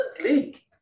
click